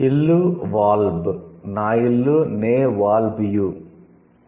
ఇల్లు 'వాల్బ్' నా ఇల్లు 'నే వాల్బ్ యు'